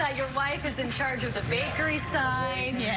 ah your wife is in charge of the bakery sign.